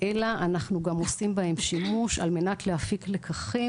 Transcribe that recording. אלא אנחנו גם עושים בהם שימוש על מנת להפיק לקחים